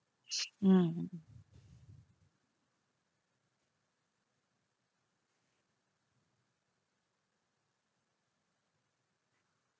mm